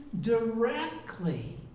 directly